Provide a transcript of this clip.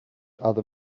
other